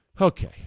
okay